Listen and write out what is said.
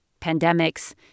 pandemics